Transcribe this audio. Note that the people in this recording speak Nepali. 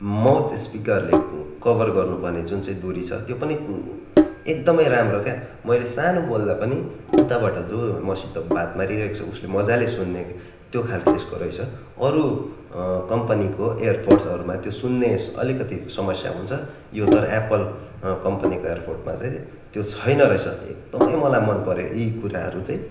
माउथ स्पिकरले क कभर गर्नुपर्ने जुन चाहिँ दुरी छ त्यो पनि एकदमै राम्रो क्या मैले सानो बोल्दा पनि उताबाट जो मसित बात मारिरहेको छ उसले मजाले सुन्ने त्यो खालके यसको रहेछ अरू कम्पनीको एयरपोड्सहरूमा त्यो सुन्ने यस अलिकति समस्या हुन्छ यो तर एप्पल कम्पनीको एयरपोडमा चाहिँ त्यो छैन रहेछ एकदमै मलाई मनपर्यो यी कुराहरू चाहिँ